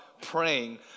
Praying